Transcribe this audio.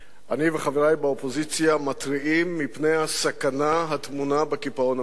אני וחברי באופוזיציה מתריעים מפני הסכנה הטמונה בקיפאון המדיני.